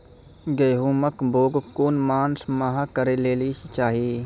गेहूँमक बौग कून मांस मअ करै लेली चाही?